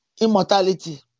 immortality